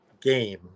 game